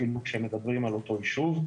אפילו כשמדברים על אותו יישוב,